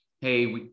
hey